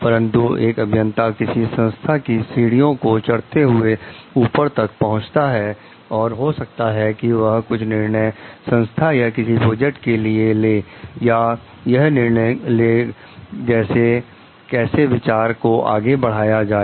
परंतु एक अभियंता किसी संस्था की सीढ़ियों को चढ़ते हुए ऊपर तक पहुंचता है और हो सकता है कि वह कुछ निर्णय संस्था या किसी प्रोजेक्ट के लिए ले या यह निर्णय लेगी कैसे विचार को आगे बढ़ाया जाए